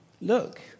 look